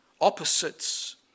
opposites